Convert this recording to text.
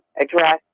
address